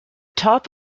top